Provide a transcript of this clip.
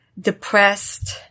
depressed